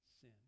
sin